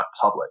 public